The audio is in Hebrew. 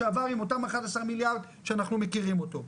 שעבר עם אותם 11 מיליארד שאנחנו מכירים אותו.